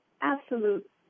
absolute